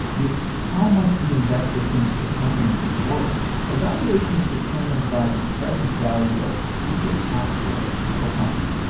it's how much the investor thinks the company is worth. a valuation is determined by the present value of future cash flows of a company.